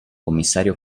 commissario